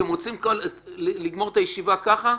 אתם רוצים לגמור את הישיבה ככה?